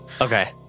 okay